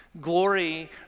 Glory